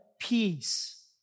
peace